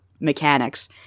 mechanics